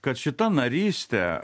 kad šita narystė